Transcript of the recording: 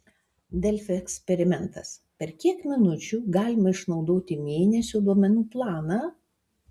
delfi eksperimentas per kiek minučių galima išnaudoti mėnesio duomenų planą